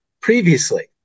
previously